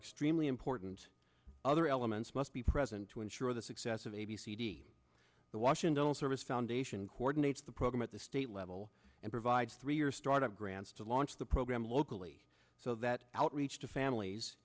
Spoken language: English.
extremely important other elements must be present to ensure the success of a b c d the washington service foundation coordinates the program at the state level and provides three year startup grants to launch the program locally so that outreach to families